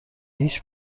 هیچ